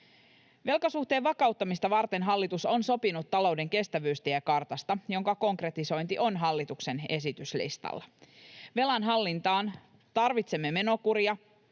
Velkasuhteen vakauttamista varten hallitus on sopinut talouden kestävyystiekartasta, jonka konkretisointi on hallituksen esityslistalla. Velan hallintaan tarvitsemme menokuria,